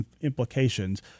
implications